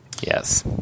Yes